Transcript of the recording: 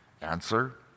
Answer